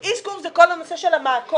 "איסכור" זה כל הנושא של המעקות.